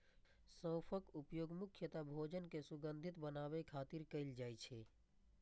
सौंफक उपयोग मुख्यतः भोजन कें सुगंधित बनाबै खातिर कैल जाइ छै